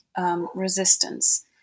resistance